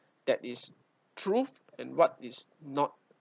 that is truth and what is not